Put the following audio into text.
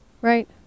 Right